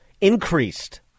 increased